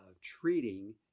treating